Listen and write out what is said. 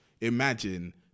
imagine